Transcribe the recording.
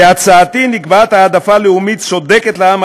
בהצעתי נקבעת העדפה לאומית צודקת לעם